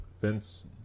vince